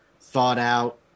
thought-out